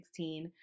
2016